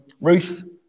Ruth